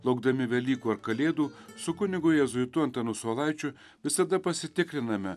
laukdami velykų ar kalėdų su kunigu jėzuitu antanu saulaičiu visada pasitikriname